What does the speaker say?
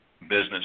business